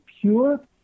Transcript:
pure